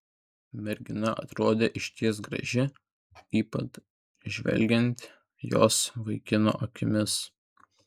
mergina atrodė išties graži ypač žvelgiant jos vaikino akimis